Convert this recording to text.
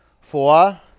Four